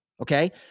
okay